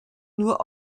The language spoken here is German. nur